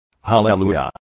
Hallelujah